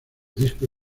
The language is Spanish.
disco